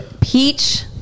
peach